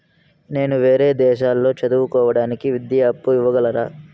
నేను వేరే దేశాల్లో చదువు కోవడానికి విద్యా అప్పు ఇవ్వగలరా?